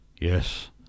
Yes